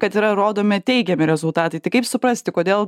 kad yra rodomi teigiami rezultatai tai kaip suprasti kodėl